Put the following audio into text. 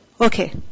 Okay